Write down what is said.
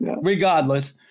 regardless-